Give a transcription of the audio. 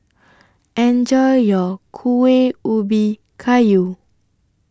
Enjoy your Kueh Ubi Kayu